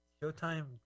showtime